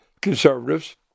conservatives